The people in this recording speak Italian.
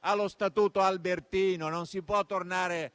allo Statuto Albertino o all'Italia